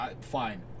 fine